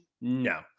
No